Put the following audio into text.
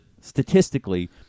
statistically